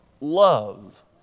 love